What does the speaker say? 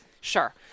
sure